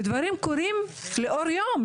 והדברים קורים לאור יום.